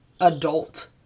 adult